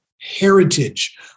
heritage